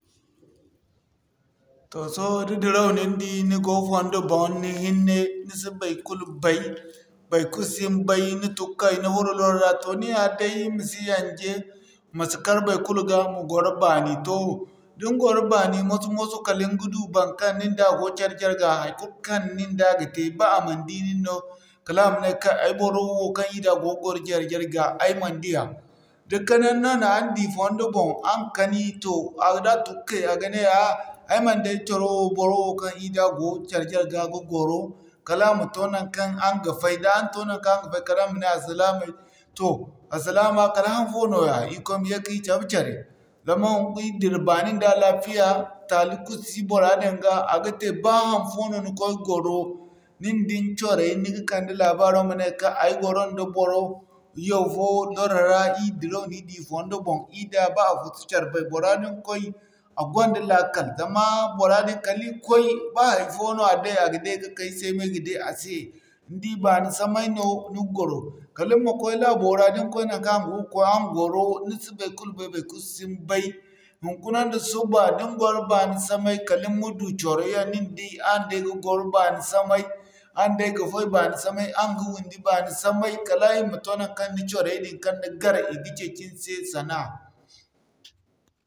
Sohõ da diraw nin di ni hinne ni go fondo boŋ ni si baykulu bay, baikulu sin bay, ni tun kay ni furo loro ra toh niŋ yaa day ma si yaŋje masi kar baykulu ga ma gwaro baani. Toh din gwaro baani moso-moso kala ni ga du baŋkaŋ nin da go care jarga haikulu kaŋ nin da ga te ba a mana di nin no kala a ma ne kai ay boro wo kaŋ i daŋ nda go gwaro care jarga ay man diya. Da kani yaŋ no na aran di fondo boŋ araŋ kani toh da tun kay a ga ne ah ay mana di ay coro wo borowo kaŋ ir da go care jarga ga gwaro. Kala a ma toh naŋkaŋ a raŋ ga fay, da araŋ toh naŋkaŋ araŋ ga fay kala araŋ ma ney alsilaamey toh, alsilaamey kala hanfo nooya ir kway ma ye ka ir cabe care. Zama hin ir dira baani nda alafiya, taali Kulu si bora din ga, a ga te ba hanfo no ni koy gwaro nin din coray ni ga kande laabaro ma ney kay, ay goro nda boro yaw fo loro ra. Ir diraw na ir di fondo boŋ nda ba afo si care bay, bora diŋkway a gonda laakal zamaa bora din kala ir koy ba haifo no a day a ga day ka'ka ay se ay mo ga day a se. Ni di baani samay no ni ga gwaro kala ni ma koy laabo ra da ni koy naŋkaŋ ni go ga koy araŋ gwaro ni si baikulu bay baykulu sin bay. Hunkuna nda suba da ni gwaro baani samay kala ni ma du coro yaŋ nin day, araŋ day ga gwaro baani samay, aran ga foy baani samay, araŋ ga wundi baani samay. Kala day i ma to naŋkaŋ ni coray din kaŋ ni gar i ga ceeci ni se sanaya.